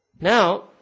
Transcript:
Now